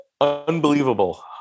unbelievable